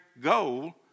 goal